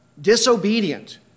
disobedient